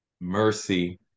mercy